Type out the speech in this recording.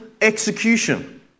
execution